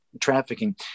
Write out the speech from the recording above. trafficking